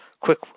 quick